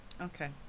Okay